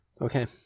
Okay